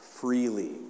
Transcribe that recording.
Freely